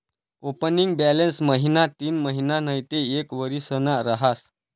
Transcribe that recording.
opening balance महिना तीनमहिना नैते एक वरीसना रहास